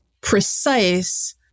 precise